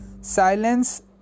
silence